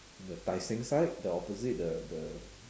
the tai-seng side the opposite the the